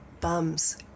bums